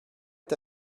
est